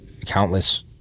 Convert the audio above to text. countless